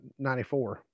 94